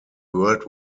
world